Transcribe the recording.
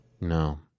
No